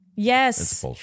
Yes